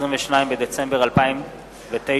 22 בדצמבר 2009,